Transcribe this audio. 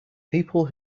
people